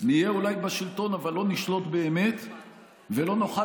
נהיה אולי בשלטון אבל לא נשלוט באמת ולא נוכל